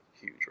huge